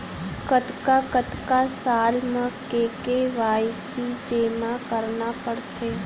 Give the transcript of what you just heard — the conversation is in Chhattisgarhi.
कतका कतका साल म के के.वाई.सी जेमा करना पड़थे?